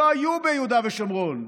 לא היו ביהודה ושומרון.